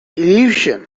illusion